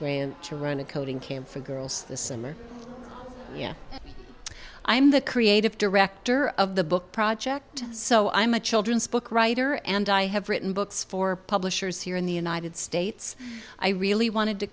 screen to run a coding came for girls this summer i'm the creative director of the book project so i'm a children's book writer and i have written books for publishers here in the united states i really wanted to